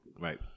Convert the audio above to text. Right